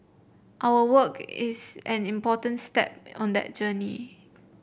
our work is an important step on that journey